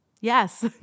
yes